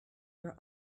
your